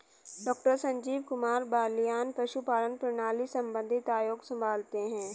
doctor Sanjeev Kumar Balyan पशुपालन प्रणाली संबंधित आयोग संभालते हैं